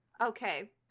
Okay